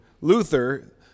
Luther